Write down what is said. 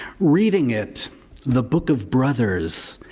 reading it the book of brothers,